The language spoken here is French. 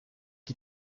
qui